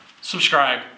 subscribe